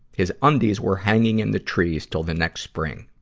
his undies were hanging in the trees til the next spring.